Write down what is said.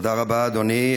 תודה רבה, אדוני.